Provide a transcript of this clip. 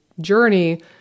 journey